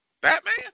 Batman